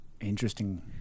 interesting